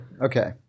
okay